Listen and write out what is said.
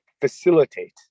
facilitate